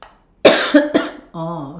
oh